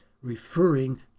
Referring